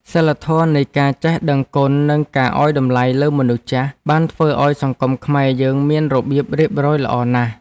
សីលធម៌នៃការចេះដឹងគុណ និងការឱ្យតម្លៃលើមនុស្សចាស់ បានធ្វើឱ្យសង្គមខ្មែរយើងមានរបៀបរៀបរយល្អណាស់។